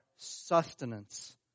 sustenance